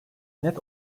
net